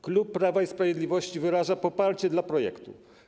Klub Prawa i Sprawiedliwości wyraża poparcie dla projektu.